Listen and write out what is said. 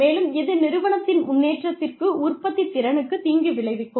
மேலும் இது நிறுவனத்தின் முன்னேற்றத்திற்கு உற்பத்தித்திறனுக்குத் தீங்கு விளைவிக்கும்